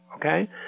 Okay